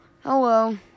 Hello